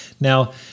Now